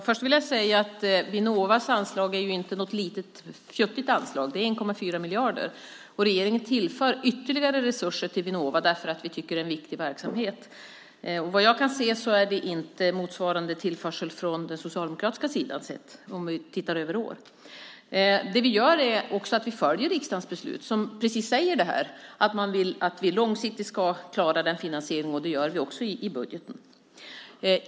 Fru talman! Vinnovas anslag är inte något litet, fjuttigt anslag. Det är 1,4 miljarder. Regeringen tillför ytterligare resurser till Vinnova eftersom vi tycker att det är en viktig verksamhet. Vad jag kan se har det inte varit motsvarande tillförsel från den socialdemokratiska sidan om vi tittar över åren. Vi följer också riksdagens beslut som säger att vi långsiktigt ska klara finansieringen, och det gör vi också i budgeten.